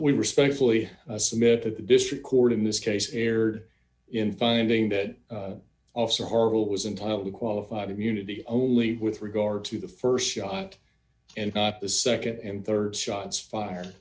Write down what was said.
we respectfully submit that the district court in this case erred in finding that officer horrible was entirely qualified immunity only with regard to the st shot and not the nd and rd shots fire